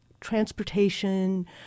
transportation